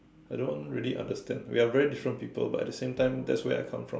I don't really understand we are very different people but the same time that's where I come from